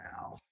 now